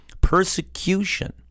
persecution